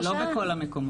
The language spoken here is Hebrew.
זה לא ככה בכל המקומות.